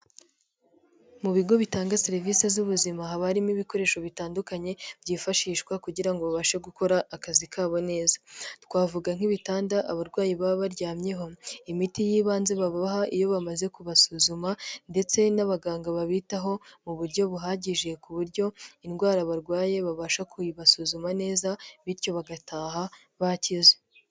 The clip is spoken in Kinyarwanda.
Mu bigo bitanga serivisi z'ubuzima haba harimo ibikoresho bitandukanye byifashishwa kugira ngo babashe gukora akazi kabo neza. Twavuga nk'ibitanda abarwayi baba baryamyeho, imiti y'ibanze babaha iyo bamaze kubasuzuma, ndetse n'abaganga babitaho mu buryo buhagije ku buryo indwara barwaye babasha kuyibasuzuma neza bityo bagataha bakize.